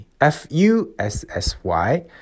F-U-S-S-Y